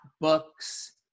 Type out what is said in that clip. books